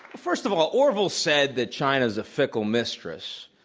first of all, orville said that china is a fickle mistress.